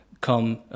come